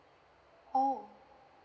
oh